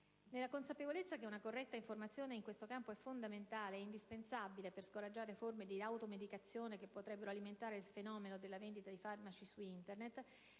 Nella consapevolezza che una corretta informazione in questo campo è fondamentale e indispensabile per scoraggiare forme di automedicazione che potrebbero alimentare il fenomeno della vendita di farmaci su Internet,